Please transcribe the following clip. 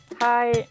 Hi